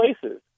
places